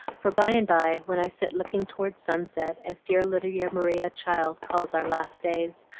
for by and by when i sit looking towards sunset as dear lydia maria child calls our last days,